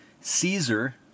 Caesar